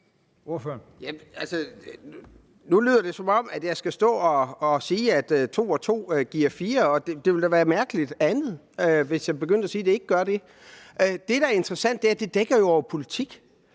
nu lyder det, som om jeg skal stå og sige, at to og to giver fire. Og det ville da være mærkeligt, hvis jeg gjorde andet, altså hvis jeg begyndte at sige, at det gør det ikke. Det, der er interessant her, er jo, at det dækker over politik.